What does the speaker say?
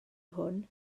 hwn